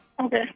Okay